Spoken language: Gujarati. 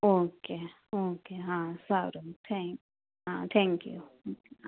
ઓકે ઓકે હા સારું થેન્ક હા થેન્ક યુ